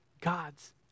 God's